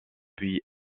puis